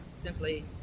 simply